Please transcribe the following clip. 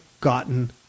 gotten